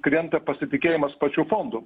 krenta pasitikėjimas pačiu fondu